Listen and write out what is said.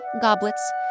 goblets